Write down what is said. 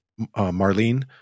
Marlene